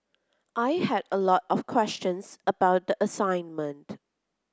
I had a lot of questions about the assignment